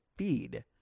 feed